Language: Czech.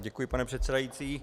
Děkuji, pane předsedající.